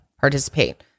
participate